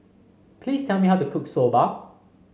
please tell me how to cook Soba